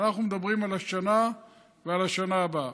ואנחנו מדברים על השנה ועל השנה הבאה.